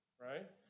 Right